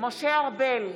משה ארבל,